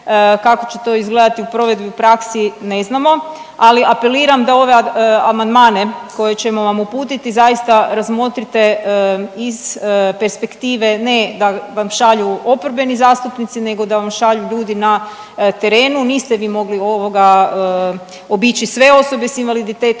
kako će to izgledati u provedbu, u praksi, ne znamo, ali apeliram da ove amandmane koje ćemo vam uputiti, zaista razmotrite iz perspektive ne da vam šalju oporbeni zastupnici, nego da vam šalju ljudi na terenu. Niste vi mogli ovoga, obići sve osobe s invaliditetom,